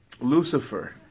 Lucifer